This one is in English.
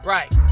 Right